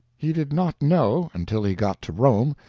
he did not know, until he got to rome,